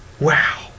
wow